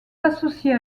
associées